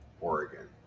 Oregon